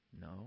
No